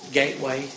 gateway